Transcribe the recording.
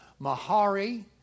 Mahari